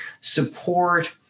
support